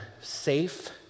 safe